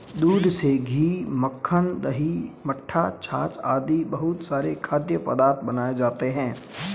दूध से घी, मक्खन, दही, मट्ठा, छाछ आदि बहुत सारे खाद्य पदार्थ बनाए जाते हैं